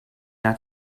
not